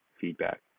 feedback